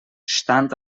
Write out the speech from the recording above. stand